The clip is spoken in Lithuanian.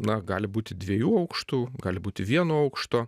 na gali būti dviejų aukštų gali būti vieno aukšto